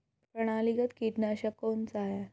प्रणालीगत कीटनाशक कौन सा है?